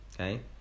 Okay